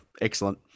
Excellent